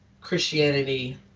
Christianity